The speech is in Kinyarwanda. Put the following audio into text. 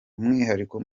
umwihariko